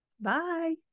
bye